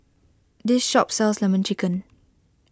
this shop sells Lemon Chicken